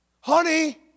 Honey